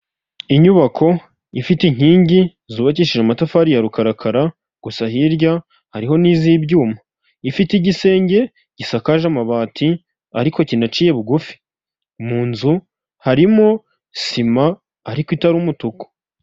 Inyubako ifite inkingi zubakishije amatafari ya rukarakara, gusa hirya hariho n'iz'ibyuma, ifite igisenge gisakaje amabati ariko kinaciye bugufi, mu nzu harimo sima ariko itaru umutuku.